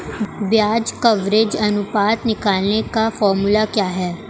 ब्याज कवरेज अनुपात निकालने का फॉर्मूला क्या है?